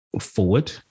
forward